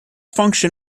function